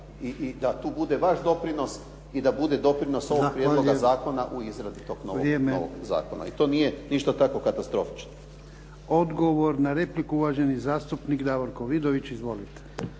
i da tu bude vaš doprinos i da bude doprinos ovog prijedloga zakona u izradi tog novog zakona. To nije ništa tako katastrofično. **Jarnjak, Ivan (HDZ)** Vrijeme. Hvala. Odgovor na repliku, uvaženi zastupnik Davorko Vidović. Izvolite.